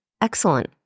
Excellent